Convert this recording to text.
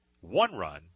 one-run